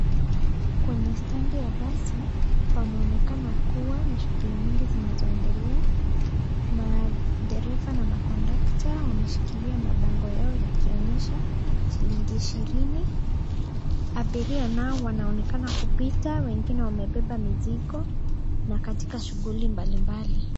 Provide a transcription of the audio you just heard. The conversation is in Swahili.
Kwenye standi ya basi panaonekana kuwa na shughuli nyingi zinazoendelea. Madereva na makondakta wameshikilia mabango yao yakionyesha shilingi ishirini. Abiria nao wanaonekana kupita wengine wamebeba mizigo na katika shughuli mbalimbali.